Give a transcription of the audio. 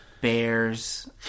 Bears